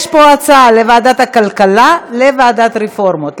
יש פה הצעה לוועדת הכלכלה ולוועדת הרפורמות.